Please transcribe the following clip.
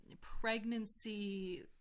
pregnancy